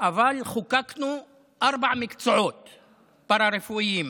אבל חוקקנו ארבעה מקצועות פארה-רפואיים,